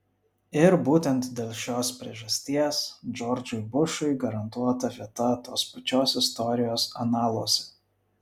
ir būtent dėl šios priežasties džordžui bušui garantuota vieta tos pačios istorijos analuose